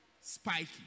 spiky